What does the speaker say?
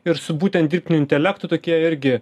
ir su būtent dirbtiniu intelektu tokie irgi